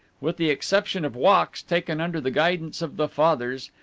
with the exception of walks taken under the guidance of the fathers,